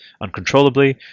uncontrollably